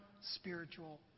spiritual